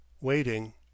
waiting